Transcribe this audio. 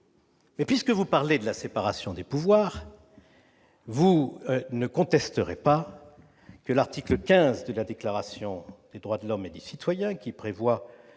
puisque vous parlez de séparation des pouvoirs, vous ne contesterez pas que l'article XV de la Déclaration des droits de l'homme et du citoyen, selon